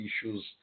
issues